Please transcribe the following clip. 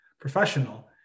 professional